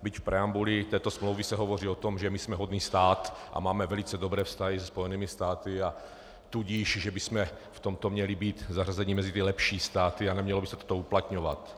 Byť v preambuli této smlouvy se hovoří o tom, že my jsme hodný stát a máme velice dobré vztahy se Spojenými státy, a tudíž že bychom v tomto měli být zařazeni mezi ty lepší státy a nemělo by se to uplatňovat.